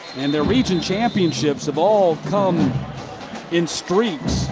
and their region championships have all come in streaks.